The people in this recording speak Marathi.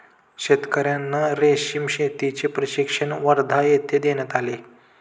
शेतकर्यांना रेशीम शेतीचे प्रशिक्षण वर्धा येथे देण्यात आले